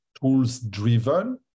tools-driven